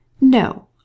No